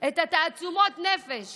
את תעצומות הנפש